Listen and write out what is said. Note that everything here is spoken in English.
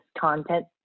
content